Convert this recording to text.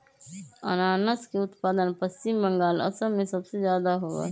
अनानस के उत्पादन पश्चिम बंगाल, असम में सबसे ज्यादा होबा हई